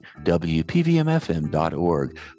WPVMFM.org